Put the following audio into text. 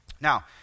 Now